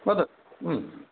वद